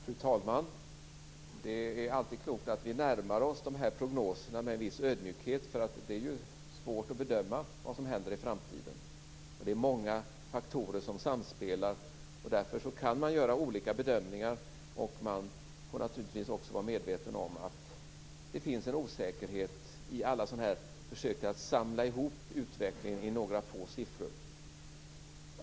Fru talman! Det är alltid klokt att närma sig sådana här prognoser med en viss ödmjukhet. Det är svårt att bedöma vad som händer i framtiden. Det är många faktorer som samspelar. Därför kan man göra olika bedömningar. Man får naturligtvis också vara medveten om att det finns en osäkerhet i alla sådana här försök att samla utvecklingen i några få siffror.